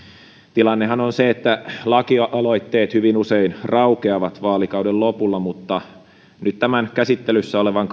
tilannehan on se että lakialoitteet hyvin usein raukeavat vaalikauden lopulla mutta nyt tämän käsittelyssä olevan